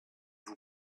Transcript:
vous